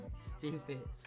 Stupid